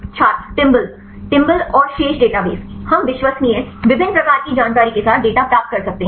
छात्र टिम्बल टिम्बल और शेष डेटाबेस हम विश्वसनीय विभिन्न प्रकार की जानकारी के साथ डेटा प्राप्त कर सकते हैं